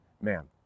man